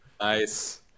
Nice